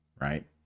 right